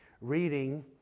reading